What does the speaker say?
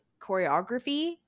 choreography